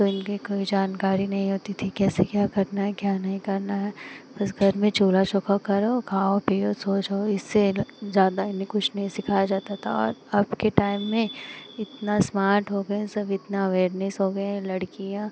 तो इनके कोई जानकारी नही होती थी कैसे क्या करना है क्या नहीं करना है बस घर में चूल्हा चौका करो खाओ पीओ सो जाओ इससे ज़्यादा इन्हें कुछ नहीं सिखाया जाता था और अब के टाइम में इतना इस्मार्ट हो गए हैं सब इतना अवेयरनेस हो गया है लड़कियाँ